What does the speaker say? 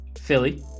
Philly